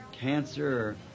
cancer